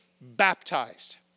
baptized